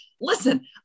listen